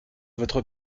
votre